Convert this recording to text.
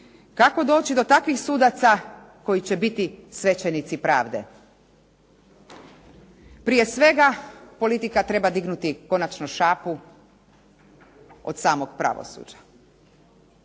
Kako doći do takvih sudaca koji će biti svećenici pravde? Prije svega, politika treba dignuti konačno šapu od samog pravosuđa.